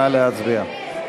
נא להצביע.